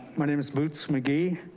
my name is boots mcgee.